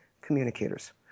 communicators